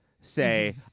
say